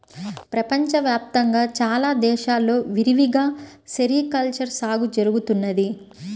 ప్రపంచ వ్యాప్తంగా చాలా దేశాల్లో విరివిగా సెరికల్చర్ సాగు జరుగుతున్నది